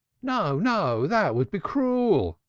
no, no, that would be cruel,